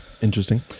Interesting